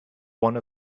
one